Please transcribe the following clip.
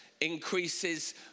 increases